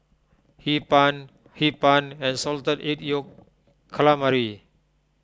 Hee Pan Hee Pan and Salted Egg Yolk Calamari